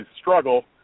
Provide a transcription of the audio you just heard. struggle